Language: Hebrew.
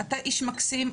אתה איש מקסים,